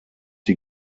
die